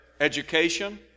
education